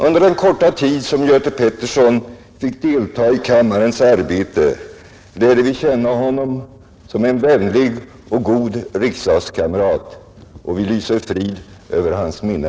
Under den korta tid som Göte Peterson fick deltaga i kammarens arbete lärde vi känna honom som en vänlig och god riksdagskamrat och vi lyser frid över hans minne.